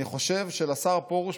אז לשר פרוש,